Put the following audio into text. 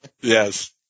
Yes